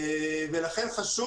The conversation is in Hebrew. ולכן חשוב